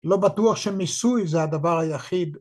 ‫לא בטוח שמיסוי זה הדבר היחיד.